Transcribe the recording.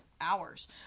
hours